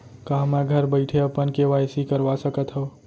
का मैं घर बइठे अपन के.वाई.सी करवा सकत हव?